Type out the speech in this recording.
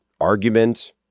argument